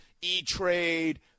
E-Trade